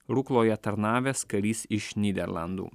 rukloje tarnavęs karys iš nyderlandų